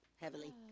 heavily